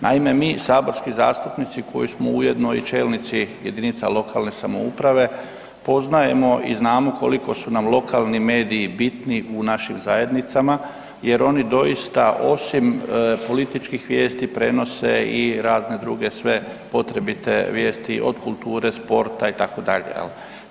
Naime, mi saborski zastupnici koji smo ujedno i čelnici jedinica lokalne samouprave, poznajemo i znamo koliko su nam lokalni mediji bitni u našim zajednicama jer oni doista osim političkih vijesti prenose i razne druge sve potrebite vijesti, od kulture, sporta itd., jel.